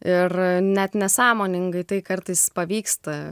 ir net nesąmoningai tai kartais pavyksta